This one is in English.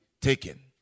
taken